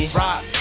rock